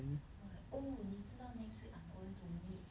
oh 你知道 next week I'm going to meet